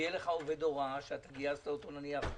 ויהיה לך עובד הוראה שגייסת אותו, נניח,